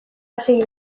hasi